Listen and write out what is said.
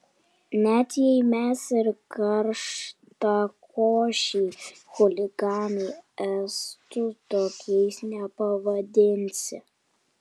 net jei mes ir karštakošiai chuliganai estų tokiais nepavadinsi